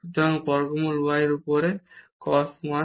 সুতরাং বর্গমূল y এর উপরে cos 1 আছে